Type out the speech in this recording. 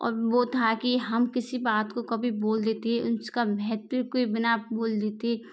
और वो था कि हम किसी बात को कभी बोल देती है जिसका महत्व कोई बिना बोल देती